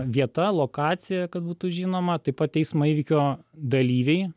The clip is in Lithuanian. vieta lokacija kad būtų žinoma taip pat eismo įvykio dalyviai